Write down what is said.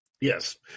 Yes